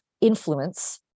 influence